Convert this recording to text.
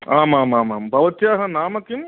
आमामामाम् भवत्याः नाम किं